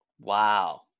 Wow